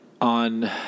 on